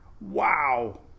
Wow